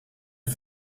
het